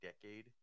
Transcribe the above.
decade